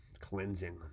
cleansing